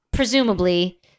Presumably